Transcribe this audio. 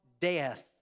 death